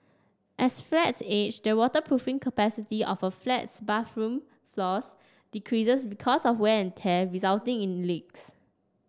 as flats age the waterproofing capacity of a flat's bathroom floors decreases because of wear and tear resulting in leaks